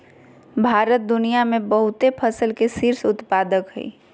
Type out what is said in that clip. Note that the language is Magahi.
भारत दुनिया में बहुते फसल के शीर्ष उत्पादक हइ